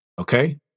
okay